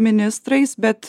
ministrais bet